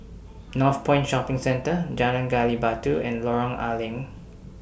Northpoint Shopping Centre Jalan Gali Batu and Lorong A Leng